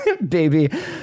Baby